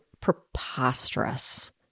preposterous